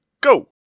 go